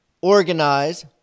organize